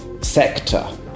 sector